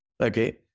Okay